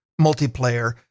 multiplayer